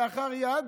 כלאחר יד.